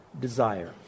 desire